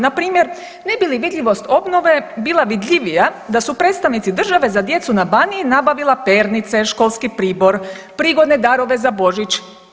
Na primjer, ne bi li vidljivost obnove bila vidljivija da su predstavnici države za djecu na Baniji nabavila pernice, školski pribor, prigodne darove za Božić.